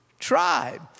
tribe